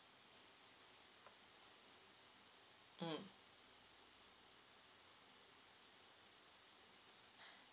mm